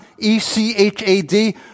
E-C-H-A-D